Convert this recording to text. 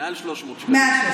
מעל 300 שקלים.